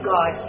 God